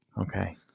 Okay